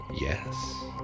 Yes